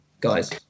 guys